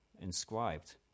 inscribed